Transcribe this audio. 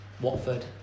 Watford